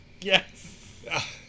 Yes